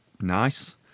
nice